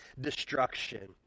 destruction